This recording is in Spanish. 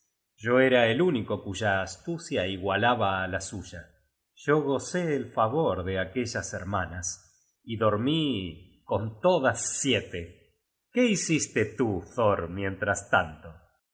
yo era el único cuya astucia igualaba á la suya yo gocé el favor de aquellas hermanas y dormí con todas siete qué hiciste tú thor mientras tanto